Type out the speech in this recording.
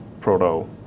proto